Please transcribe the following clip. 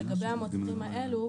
לגבי המוצרים האלה,